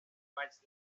vaig